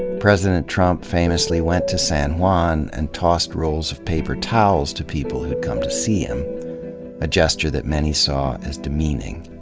president trump famously went to san juan and tossed rolls of paper towels to people who'd come to see him a gesture that many saw as demeaning.